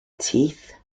teeth